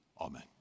amen